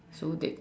so they